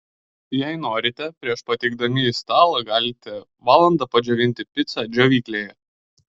jei norite prieš pateikdami į stalą galite valandą padžiovinti picą džiovyklėje